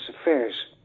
Affairs